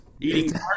eating